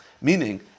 Meaning